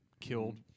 killed